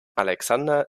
alexander